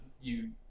you-